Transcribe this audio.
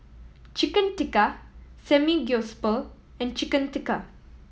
Chicken Tikka Samgyeopsal and Chicken Tikka